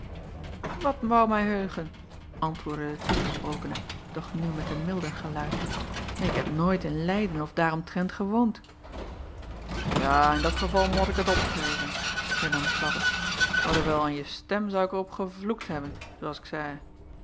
at woû mij heugen antwoordde de toegesprokene doch nu met een milder geluid ik heb nooit in eyden of daaromtrent gewoond a in dat geval mot ik het opgeven hernam labbe alhoewel an je stem zou ik er op gevloekt hebben zoo as ik zeî